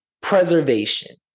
Preservation